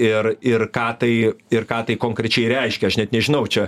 ir ir ką tai ir ką tai konkrečiai reiškia aš net nežinau čia